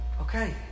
okay